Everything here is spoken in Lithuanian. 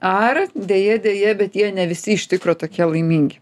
ar deja deja bet jie ne visi iš tikro tokie laimingi